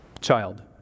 Child